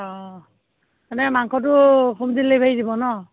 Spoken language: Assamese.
অঁ মানে মাংসটো হোম ডেলিভাৰী দিব ন